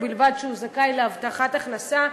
ובלבד שהוא זכאי להבטחת הכנסה.